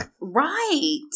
right